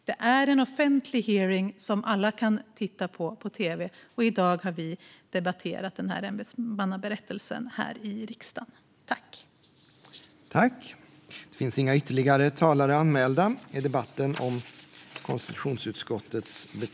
Det är en offentlig hearing som alla kan se på tv, och i dag har vi debatterat denna ämbetsmannaberättelse här i riksdagen. Justitieombudsmän-nens ämbetsberättelse